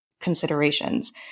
considerations